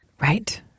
Right